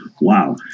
Wow